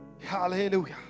hallelujah